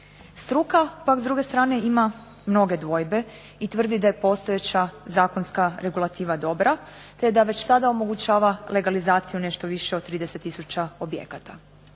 Struka pak s druge strane ima mnoge dvojbe i tvrdi da je postojeća zakonska regulativa dobra te da već sada omogućava legalizaciju nešto više od 30 tisuća objekata.